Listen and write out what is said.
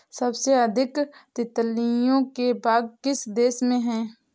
सबसे अधिक तितलियों के बाग किस देश में हैं?